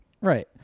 Right